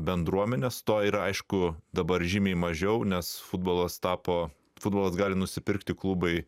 bendruomenės to ir aišku dabar žymiai mažiau nes futbolas tapo futbolas gali nusipirkti klubai